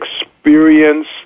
experience